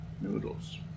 noodles